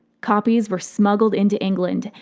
copies were smuggled into england,